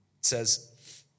says